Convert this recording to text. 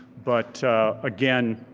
but again,